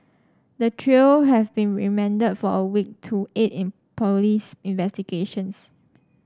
the trio have been remanded for a week to aid in police investigations